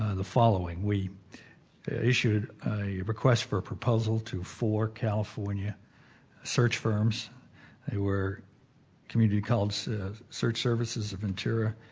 ah the following we issued a request for a proposal to four california search firms. they were community college search services of ventura,